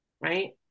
right